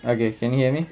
okay can you hear me